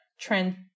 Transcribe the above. trend